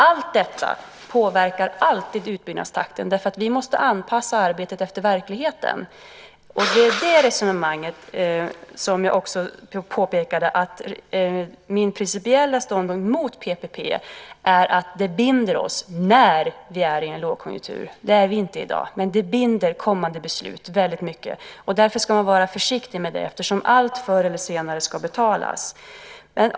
Allt detta påverkar alltid utbyggnadstakten därför att vi måste anpassa arbetet efter verkligheten. Det var i det resonemanget som jag också påpekade att min principiella ståndpunkt mot PPP är att det binder oss när vi är i en lågkonjunktur. Det är vi inte i dag, men det binder kommande beslut mycket. Därför ska man vara försiktig med det, eftersom allt förr eller senare ska betalas.